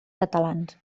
catalans